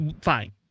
fine